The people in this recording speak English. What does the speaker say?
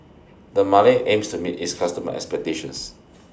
Dermale aims to meet its customer expectations